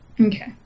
Okay